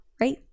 right